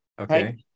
Okay